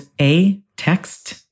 A-Text